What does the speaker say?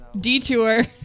Detour